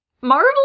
Marvel